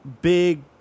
big